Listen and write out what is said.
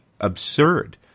absurd